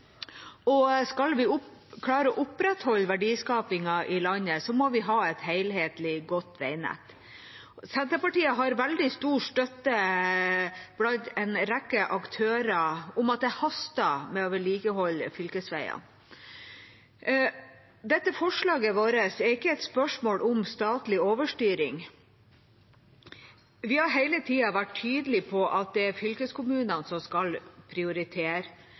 Skal vi klare å opprettholde verdiskapingen i landet, må vi ha et helhetlig godt veinett. Senterpartiet har veldig stor støtte blant en rekke aktører for at det haster med å vedlikeholde fylkesveiene. Dette forslaget vårt er ikke et spørsmål om statlig overstyring. Vi har hele tida vært tydelige på at det er fylkeskommunene som skal prioritere.